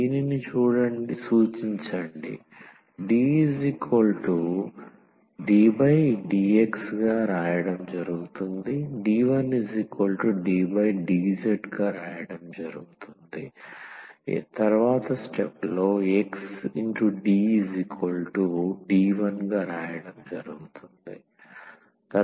దీనిని సూచించండి D≡ddx D1ddz ⟹xD≡D1 ⟹x2D2D12 D1D1